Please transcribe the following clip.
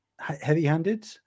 heavy-handed